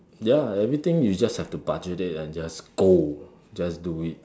ya everything you just have to budget it and just go just do it